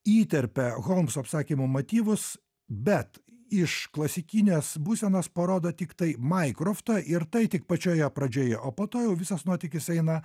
įterpia holmso apsakymo motyvus bet iš klasikinės būsenos parodo tiktai maikroftą ir tai tik pačioje pradžioje o po to jau visas nuotykis eina